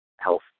health